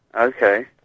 Okay